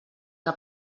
que